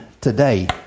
today